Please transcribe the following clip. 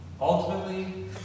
Ultimately